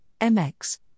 MX